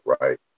right